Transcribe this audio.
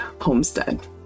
Homestead